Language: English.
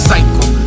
Cycle